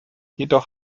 jedoch